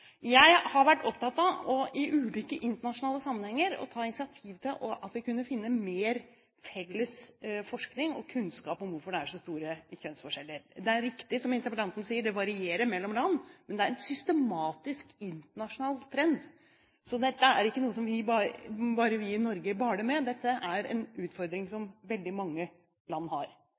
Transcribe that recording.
Jeg har i ulike internasjonale sammenhenger vært opptatt av å ta initiativ til å finne mer felles forskning på og kunnskap om hvorfor det er så store kjønnsforskjeller. Det er riktig som interpellanten sier, at det varierer mellom land. Det er en systematisk internasjonal trend, så dette er ikke noe bare vi i Norge baler med, men en utfordring som veldig mange land har.